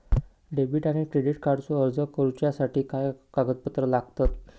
Debit आणि credit कार्डचो अर्ज करुच्यासाठी काय कागदपत्र लागतत?